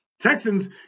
Texans